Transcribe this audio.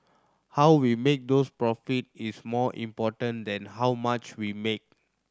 how we make those profit is more important than how much we make